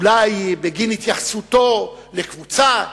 אולי בגין התייחסותו לקבוצה,